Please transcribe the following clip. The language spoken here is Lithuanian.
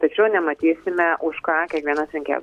tačiau nematysime už ką kiekvienas rinkėjas